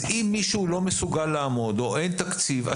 אם מישהו לא מסוגל לעמוד או אין תקציב,